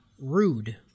Rude